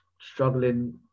struggling